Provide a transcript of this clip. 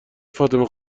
فاطمه